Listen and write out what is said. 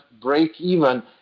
break-even